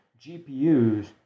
GPUs